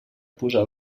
posar